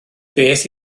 beth